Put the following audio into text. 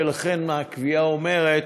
ולכן הקביעה אומרת: